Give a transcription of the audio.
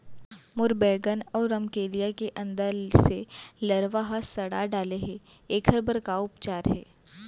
मोर बैगन अऊ रमकेरिया ल अंदर से लरवा ह सड़ा डाले हे, एखर बर का उपचार हे?